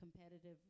competitive